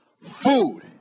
Food